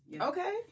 Okay